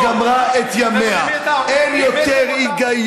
אתם אמרתם "כן" ועשיתם